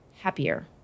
happier